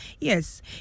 Yes